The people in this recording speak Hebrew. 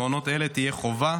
במעונות אלה תהיה חובה,